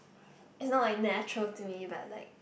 it's not like natural to me but like